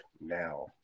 now